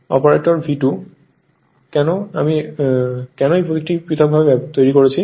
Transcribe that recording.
operator V2 কেন আমি কেন এই প্রতীক পৃথক ভাবে তৈরি করেছি